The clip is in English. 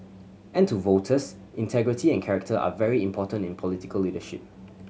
and to voters integrity and character are very important in political leadership